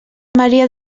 maria